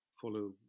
follow